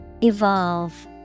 Evolve